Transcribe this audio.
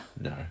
No